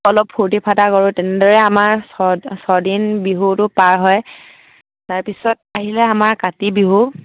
অলপ ফূৰ্তি ফাৰ্তা কৰোঁ তেনেদৰে আমাৰ ছদিন বিহুটো পাৰ হয় তাৰপিছত আহিলে আমাৰ কাতি বিহু